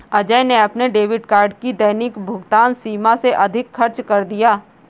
अजय ने अपने debit card की दैनिक भुगतान सीमा से अधिक खर्च कर दिया